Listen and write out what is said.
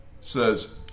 says